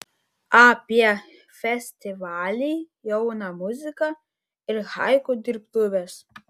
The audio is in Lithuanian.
apie festivalį jauna muzika ir haiku dirbtuves